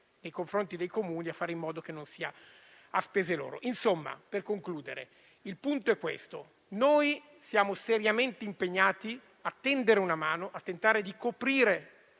nei confronti dei Comuni, facendo in modo che non sia a spese loro. Per concludere il punto è che noi siamo seriamente impegnati a tendere una mano, tentare di coprire